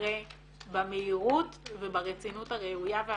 שיקרה במהירות וברצינות הראויה והמתבקשת.